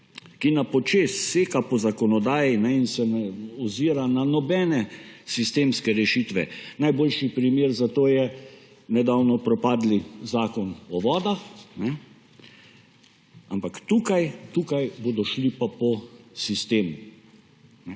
ki na počez seka po zakonodaji in se ne ozira na nobene sistemske rešitve, najboljši primer za to je nedavno propadli Zakon o vodah, ampak tukaj bodo šli pa po sistemu.